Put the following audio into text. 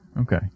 okay